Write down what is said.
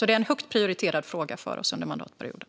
Det är en högt prioriterad fråga för oss under mandatperioden.